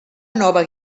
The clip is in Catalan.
nova